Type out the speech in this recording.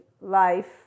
life